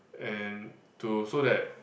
and to so that